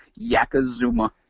Yakazuma